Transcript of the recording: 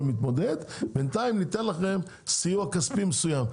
להתמודד ובינתיים ניתן לכם סיוע כספי מסוים".